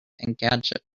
engadget